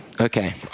Okay